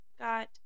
got